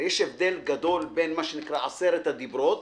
הרי יש הבדל גדול בין עשרת הדברות